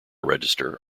register